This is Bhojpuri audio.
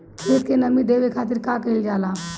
खेत के नामी देवे खातिर का कइल जाला?